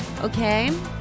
okay